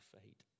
fate